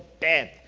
death